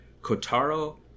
Kotaro